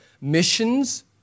missions